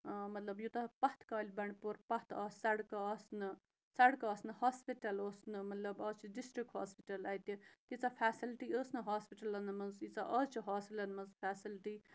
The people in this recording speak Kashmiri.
مطلب یوٗتاہ پَتھ کالہِ بنٛڈ پوٗر پَتھ آس سَڑکہٕ آسنہٕ سَڑکہٕ آسنہٕ ہاسپِٹَل اوس نہٕ مطلب آز چھِ ڈِسٹِرٛک ہاسپِٹَل اَتہِ تیٖژاہ فٮ۪سَلٹی ٲس نہٕ ہاسپِٹَلَن منٛز ییٖژاہ آز چھِ ہاسپِلَن منٛز فٮ۪سَلٹی